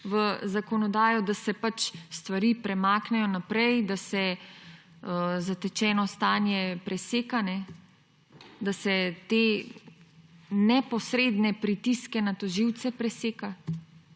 v zakonodajo, da se stvari premaknejo naprej, da se zatečeno stanje preseka, da se te neposredne pritiske na tožilce preseka,